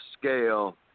scale